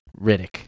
Riddick